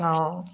অঁ